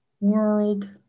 World